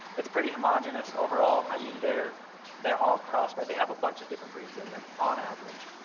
it's pretty homogenous overall. i mean they're they're all crossbred. they have a bunch of different breeds in them on average.